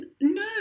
no